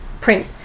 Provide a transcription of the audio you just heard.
print